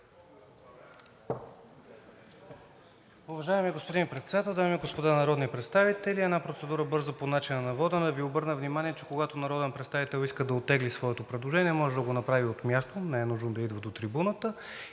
Уважаеми господин Председател, дами и господа народни представители! Една бърза процедура по начина на водене – да Ви обърна внимание, че когато народен представител иска да оттегли своето предложение, може да го направи и от място, не е нужно да идва до трибуната.